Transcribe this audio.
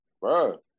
Bro